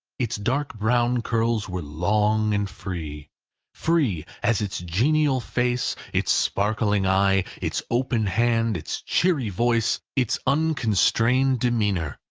its dark brown curls were long and free free as its genial face, its sparkling eye, its open hand, its cheery voice, its unconstrained demeanour,